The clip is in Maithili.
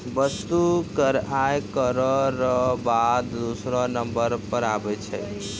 वस्तु कर आय करौ र बाद दूसरौ नंबर पर आबै छै